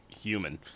human